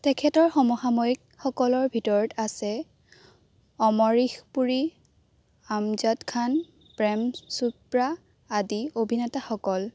তেখেতৰ সমসাময়িক সকলৰ ভিতৰত আছে অমৰীশ পুৰী আমজাদ খান প্ৰেম চোপ্ৰা আদি অভিনেতাসকল